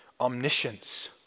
omniscience